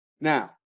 Now